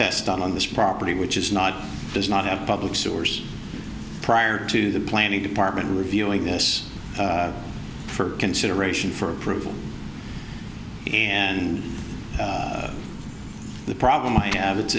test done on this property which is not does not have public source prior to the planning department reviewing this for consideration for approval and the problem i have